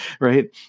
right